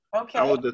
Okay